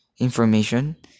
information